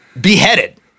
beheaded